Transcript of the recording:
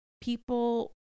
people